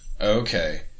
Okay